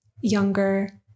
younger